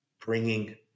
bringing